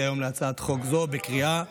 היום על הצעת חוק זאת בקריאה ראשונה.